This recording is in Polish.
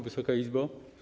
Wysoka Izbo!